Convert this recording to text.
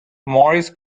morris